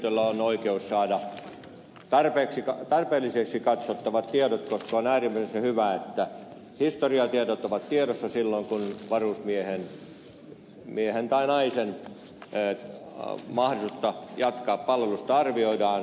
terveydenhuoltohenkilöstöllä on oikeus saada tarpeellisiksi katsottavat tiedot koska on äärimmäisen hyvä että historiatiedot ovat tiedossa silloin kun varusmiehen tai naisen mahdollisuutta jatkaa palvelusta arvioidaan